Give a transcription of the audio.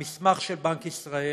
המסמך של בנק ישראל